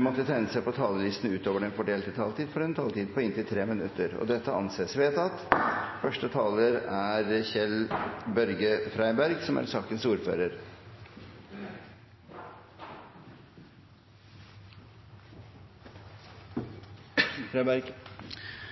måtte tegne seg på talerlisten utover den fordelte taletid, får en taletid på inntil 3 minutter. – Det anses vedtatt.